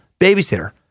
babysitter